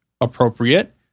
appropriate